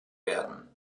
werden